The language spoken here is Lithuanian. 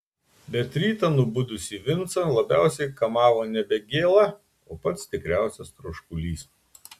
bet rytą nubudusį vincą labiausiai kamavo nebe gėla o pats tikriausias troškulys